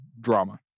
drama